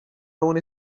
alone